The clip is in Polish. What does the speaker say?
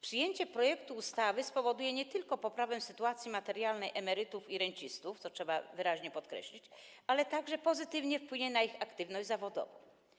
Przyjęcie projektu ustawy spowoduje nie tylko poprawę sytuacji materialnej emerytów i rencistów, co trzeba wyraźnie podkreślić, ale także pozytywnie wpłynie na ich aktywność zawodową.